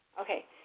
Okay